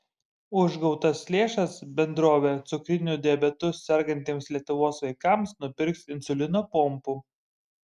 už gautas lėšas bendrovė cukriniu diabetu sergantiems lietuvos vaikams nupirks insulino pompų